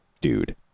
dude